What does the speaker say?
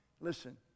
Listen